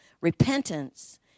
repentance